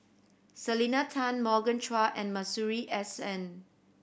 Selena Tan Morgan Chua and Masuri S N